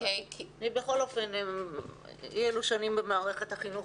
בכל אופן הייתי אי-אלו שנים במערכת החינוך,